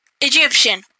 Egyptian